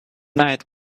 night